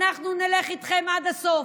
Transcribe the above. אנחנו נלך איתכם עד הסוף,